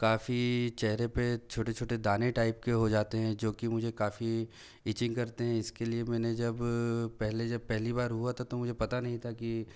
काफ़ी चेहरे पे छोटे छोटे दाने टाइप के हो जाते हैं जो कि मुझे काफ़ी इचिंग करते हैं इसके लिए मैंने जब पहले जब पहली बार हुआ था तो मुझे पता नहीं था कि